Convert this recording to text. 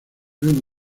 han